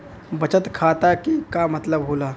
बचत खाता के का मतलब होला?